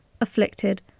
Afflicted